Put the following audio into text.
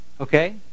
Okay